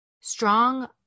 Strong